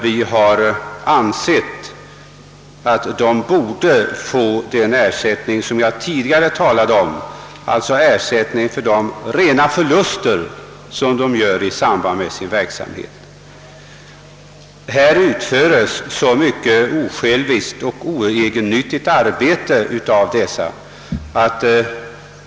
Vi har ansett att aktiva funktionärer borde få ersättning för rena förluster som de gör i samband med sin verksamhet.